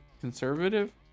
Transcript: conservative